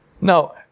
Now